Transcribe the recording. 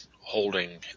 holding